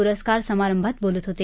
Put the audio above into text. पुरस्कार समारंभात बोलत होते